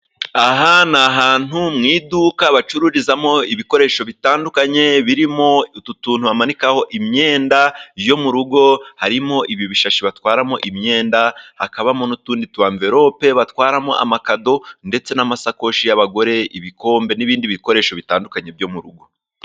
Aha ni ahantu mu iduka bacururizamo ibikoresho bitandukanye birimo utu tuntu hamanikaho imyenda yo mu rugo. Harimo ibi bishashi batwaramo imyenda hakabamo n'utundi tumverope batwaramo amakado ndetse n'amasakoshi y'abagore, ibikombe n'ibindi bikoresho bitandukanye byo mu rugo.